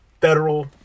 federal